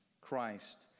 Christ